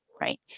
right